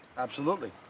absolutely.